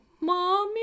Mommy